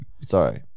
Sorry